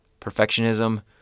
Perfectionism